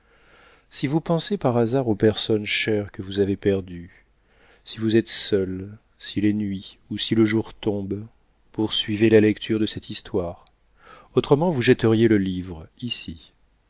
si vous pensez par hasard aux personnes chères que vous avez perdues si vous êtes seul s'il est nuit ou si le jour tombe poursuivez la lecture de cette histoire autrement vous jetteriez le livre ici